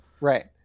right